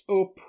up